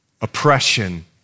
Oppression